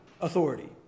authority